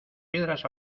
piedras